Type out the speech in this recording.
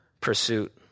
pursuit